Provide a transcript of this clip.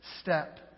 step